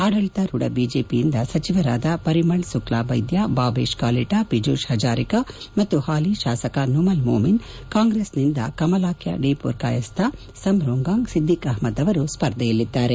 ಆಡಳಿತಾರೂಢ ಬಿಜೆಪಿಯಿಂದ ಸಚಿವರಾದ ಪರಿಮಳ್ ಸುಕ್ಲಾದೈದ್ಯ ಭಾಬೇಶ್ ಕಾಲಿಟಾ ಪಿಜುಷ್ ಹಜಾರಿಕಾ ಮತ್ತು ಹಾಲಿ ಶಾಸಕ ನುಮಲ್ ಮೋಮಿನ್ ಕಾಂಗ್ರೆಸ್ನಿಂದ ಕಮಲಾಖ್ಯ ಡೇ ಪುರಕಯಾಸ್ಟಾ ಸಮ್ ರೋಂಗಾಂಗ್ ಸಿದ್ದಿಕ್ ಅಹ್ಸದ್ ಅವರು ಸ್ವರ್ಧಯಲ್ಲಿದ್ದಾರೆ